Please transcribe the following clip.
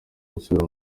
gusubira